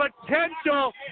potential